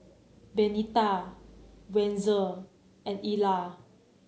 Benita Wenzel and Elia